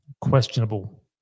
questionable